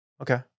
Okay